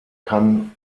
kann